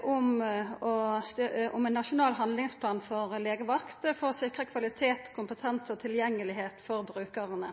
om ein nasjonal handlingsplan for legevakt for å sikra kvalitet, kompetanse og tilgjengelegheit for brukarane.